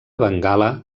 bengala